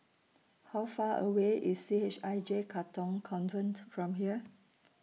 How Far away IS C H I J Katong Convent from here